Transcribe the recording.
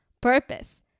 purpose